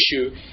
issue